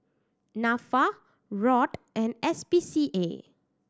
Nafa ROD and S P C A